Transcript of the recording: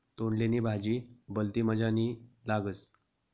तोंडली नी भाजी भलती मजानी लागस